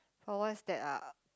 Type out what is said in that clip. for what's that ah